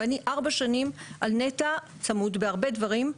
ואני ארבע שנים על נת"ע צמוד בהרבה דברים,